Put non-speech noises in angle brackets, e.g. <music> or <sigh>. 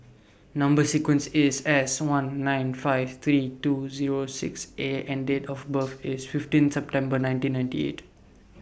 Number sequence IS S one nine five three two Zero six A and Date of birth IS fifteen September nineteen ninety eight <noise>